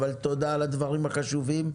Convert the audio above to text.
אבל תודה על הדברים החשובים.